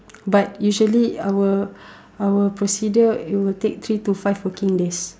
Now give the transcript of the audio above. but usually our our procedure it will take three to five working days